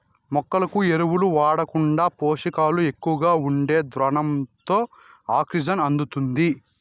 మొక్కలకు ఎరువులు వాడకుండా పోషకాలు ఎక్కువగా ఉండే ద్రావణంతో ఆక్సిజన్ అందుతుంది